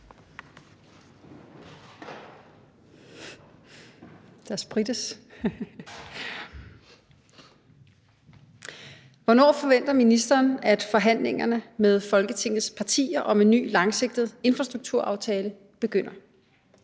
Thiesen (NB): Hvornår forventer ministeren at forhandlingerne med Folketingets partier om en ny langsigtet infrastrukturaftale begynder?